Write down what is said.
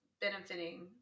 benefiting